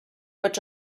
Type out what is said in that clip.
which